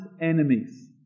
enemies